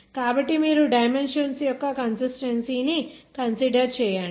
కాబట్టి మీరు డైమెన్షన్స్ యొక్క కన్సిస్టెన్సీ ని కన్సిడర్ చేయండి